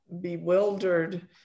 bewildered